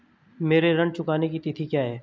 मेरे ऋण चुकाने की तिथि क्या है?